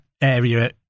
area